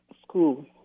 school